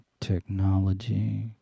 Technology